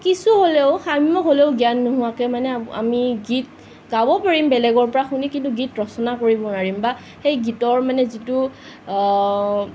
কিছু হ'লেও সাম্যক হ'লেও জ্ঞান নোহোৱাকৈ মানে আমি গীত গাব পাৰিম বেলেগৰ পৰা শুনি কিন্তু গীত ৰচনা কৰিব নোৱাৰিম বা সেই গীতৰ মানে যিটো